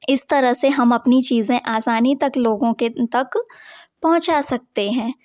इस तरह से हम अपनी चीज़ें आसानी तक लोगों के तक पहुँचा सकते हैं